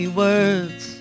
words